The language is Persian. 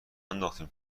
ننداختیم